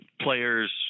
players